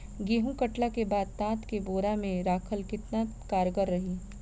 गेंहू कटला के बाद तात के बोरा मे राखल केतना कारगर रही?